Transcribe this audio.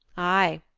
aye,